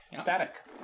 static